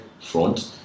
front